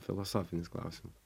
filosofinis klausimas